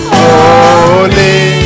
holy